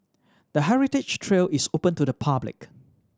the heritage trail is open to the public